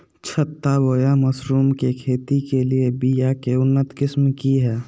छत्ता बोया मशरूम के खेती के लिए बिया के उन्नत किस्म की हैं?